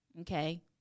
okay